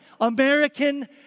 American